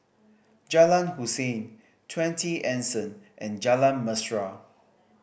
Jalan Hussein Twenty Anson and Jalan Mesra